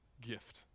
gift